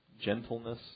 gentleness